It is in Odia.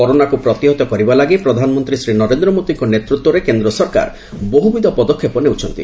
କରୋନାକୁ ପ୍ରତିହତ କରିବା ଲାଗି ପ୍ରଧାନମନ୍ତୀ ନରେନ୍ଦ୍ର ମୋଦିଙ୍କ ନେତୃତ୍ୱରେ କେନ୍ଦ ସରକାର ବହୁବିଧ ପଦକ୍ଷେପ ନେଉଛନ୍ତି